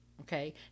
okay